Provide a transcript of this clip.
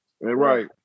Right